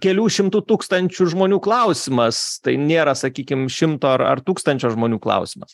kelių šimtų tūkstančių žmonių klausimas tai nėra sakykim šimto ar ar tūkstančio žmonių klausimas